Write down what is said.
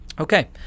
okay